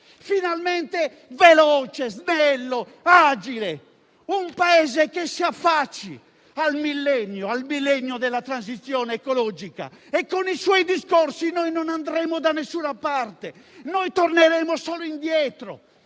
finalmente moderno, veloce, snello, agile, un Paese che si affacci al millennio della transizione ecologica. Con i suoi discorsi, non andremo da nessuna parte, torneremo solo indietro,